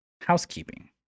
housekeeping